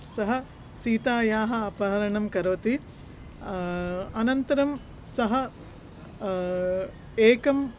सः सीतायाः अपहरणं करोति अनन्तरं सः एकम्